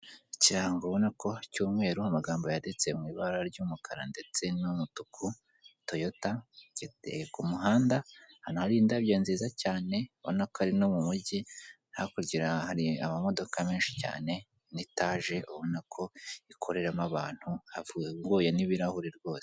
Ikirango ubonako cy'umweru amagambo yanditse mw'ibara ry'umukara ndetse n'umutuku TOYOTA giteye ku muhanda ahantu hari indabyo nziza cyane ubonako ari no mu mujyi hakurya hari amamodoka menshi cyane n'itaje ubonako ikoreramo abantu hafunguye n'ibirahure ryose.